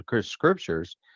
scriptures